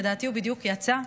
לדעתי הוא בדיוק יצא.